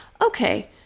Okay